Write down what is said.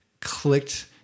clicked